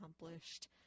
accomplished